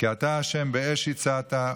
כי אתה ה' באש הִצַּתָּהּ.